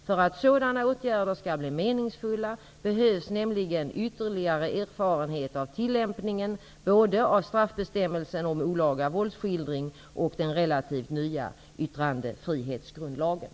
För att sådana åtgärder skall bli meningsfulla behövs nämligen ytterligare erfarenhet av tillämpningen både av straffbestämmelsen om olaga våldsskildring och den relativt nya yttrandefrihetsgrundlagen.